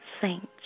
saints